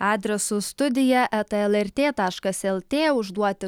adresu studija eta lrt taškas lt užduoti